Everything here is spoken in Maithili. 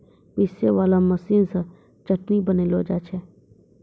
पीसै वाला मशीन से चटनी बनैलो जाय छै